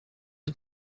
you